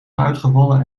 uitgevallen